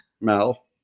Mel